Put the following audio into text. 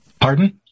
Pardon